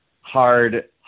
hard